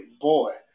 boy